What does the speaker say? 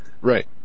Right